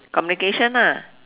communication ah